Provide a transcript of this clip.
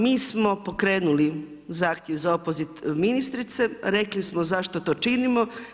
Mi smo pokrenuli zahtjev za opoziv ministrice, rekli smo zašto to činimo.